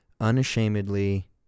unashamedly